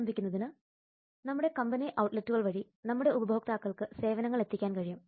ആരംഭിക്കുന്നതിന് നമ്മുടെ കമ്പനി ഔട്ട്ലെറ്റുകൾ വഴി നമ്മുടെ ഉപഭോക്താക്കൾക്ക് സേവനങ്ങൾ എത്തിക്കാൻ കഴിയും